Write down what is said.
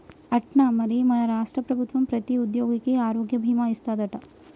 అట్నా మరి మన రాష్ట్ర ప్రభుత్వం ప్రతి ఉద్యోగికి ఆరోగ్య భీమా ఇస్తాదట